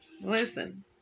Listen